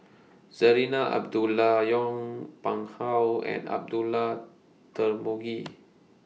Zarinah Abdullah Yong Pung How and Abdullah Tarmugi